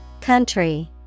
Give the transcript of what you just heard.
Country